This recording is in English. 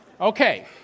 Okay